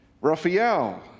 Raphael